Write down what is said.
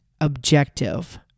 objective